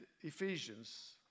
Ephesians